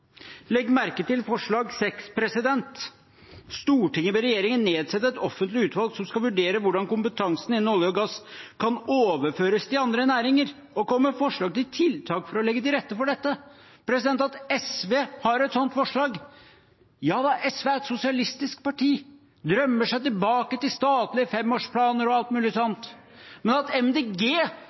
merke til forslag nr. 6: «Stortinget ber regjeringen nedsette et offentlig utvalg som skal vurdere hvordan kompetansen innen olje og gass kan overføres til andre næringer, og komme med forslag til tiltak for å legge til rette for dette.» At SV har et sånt forslag – ja, SV er et sosialistisk parti, de drømmer seg tilbake til statlige femårsplaner og alt mulig sånt. Men at